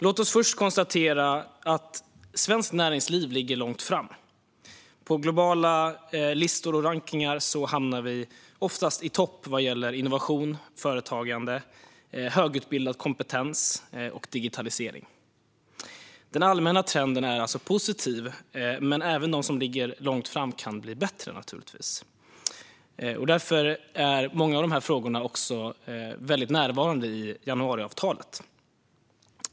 Låt oss först konstatera att svenskt näringsliv ligger långt framme. På globala listor och rankningar hamnar vi oftast i topp vad gäller innovation, företagande, högutbildad kompetens och digitalisering. Den allmänna trenden är alltså positiv, men även de som ligger långt fram kan naturligtvis bli bättre. Därför är många av dessa frågor också starkt närvarande i januariavtalet.